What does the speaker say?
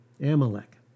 Amalek